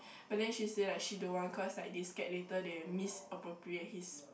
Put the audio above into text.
but then she say like she don't want cause like they scared later they misappropriate his